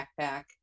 backpack